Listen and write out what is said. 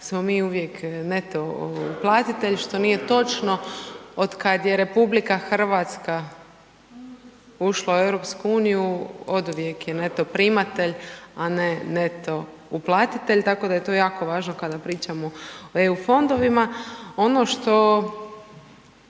smo mi uvijek neto uplatitelj što nije točno. Od kad je RH ušla u EU oduvijek je neto primatelj, a ne neto uplatitelj, tako da je to jako važno kada pričamo o EU fondovima. Ono što